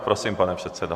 Prosím, pane předsedo.